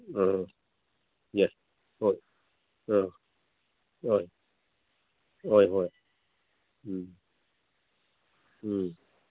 ꯑ ꯍꯣꯏ ꯑ ꯍꯣꯏ ꯍꯣꯏ ꯍꯣꯏ ꯎꯝ ꯎꯝ